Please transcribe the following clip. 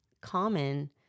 common